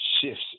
shifts